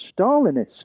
Stalinist